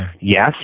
yes